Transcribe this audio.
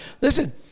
listen